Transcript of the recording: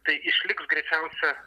tai išliks greičiausia